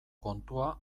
kontua